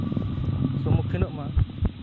ᱥᱚᱢᱢᱩᱠᱠᱷᱤᱱᱚᱜ ᱢᱟ